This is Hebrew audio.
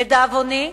לדאבוני,